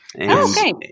Okay